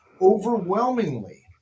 overwhelmingly